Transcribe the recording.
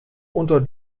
unter